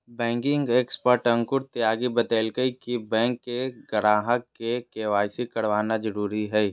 banking expert Ankur Tyagi बतयलकय कि bank के ग्राहक के.वाई.सी करवाना जरुरी हइ